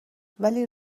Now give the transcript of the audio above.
ولی